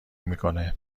میکنه